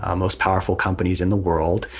um most powerful companies in the world.